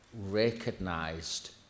recognized